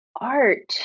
art